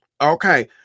Okay